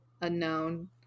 unknown